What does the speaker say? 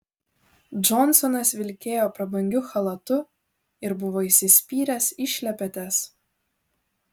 džonsonas vilkėjo prabangiu chalatu ir buvo įsispyręs į šlepetes